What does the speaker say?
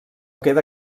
queda